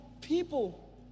people